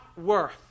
worth